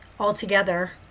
Altogether